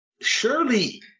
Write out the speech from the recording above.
Surely